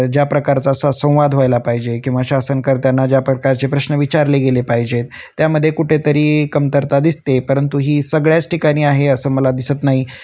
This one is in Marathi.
ज्या प्रकारचा स संवाद व्हायला पाहिजे किंवा शासनकर्त्यांना ज्या प्रकारचे प्रश्न विचारले गेले पाहिजेत त्यामध्ये कुठेतरी कमतरता दिसते परंतु ही सगळ्याच ठिकाणी आहे असं मला दिसत नाही